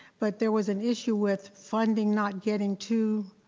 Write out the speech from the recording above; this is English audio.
but there was an issue with funding not getting to.